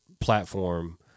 platform